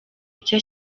icyo